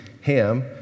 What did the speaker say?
Ham